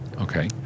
Okay